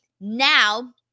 now